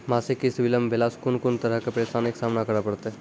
मासिक किस्त बिलम्ब भेलासॅ कून कून तरहक परेशानीक सामना करे परतै?